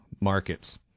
markets